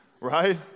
right